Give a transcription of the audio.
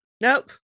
Nope